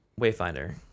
Wayfinder